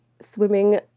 swimming